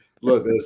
Look